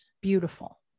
beautiful